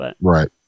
Right